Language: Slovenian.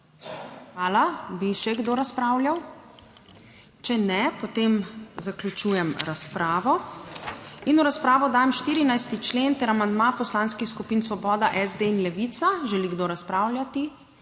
Hvala. Bi še kdo razpravljal? (Ne.) Če ne, potem zaključujem razpravo. In v razpravo dajem 14. člen ter amandma Poslanskih skupin Svoboda, SD in Levica. Želi kdo razpravljati?